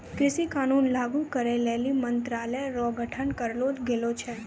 कृषि कानून लागू करै लेली मंत्रालय रो गठन करलो गेलो छै